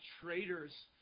traitors